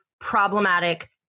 problematic